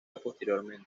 posteriormente